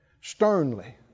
sternly